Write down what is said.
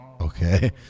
Okay